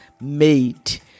made